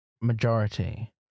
majority